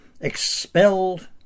expelled